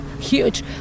huge